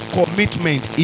commitment